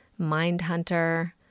Mindhunter